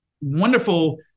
wonderful